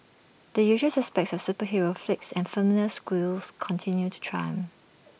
the usual suspects of superhero flicks and familiar sequels continued to triumph